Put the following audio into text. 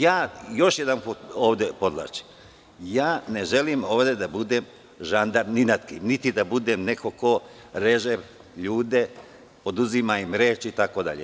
Još jedanput podvlačim, ja ne želim ovde da budem žandarm ni nad kim, niti da budem neko ko reže ljude, oduzima im reč.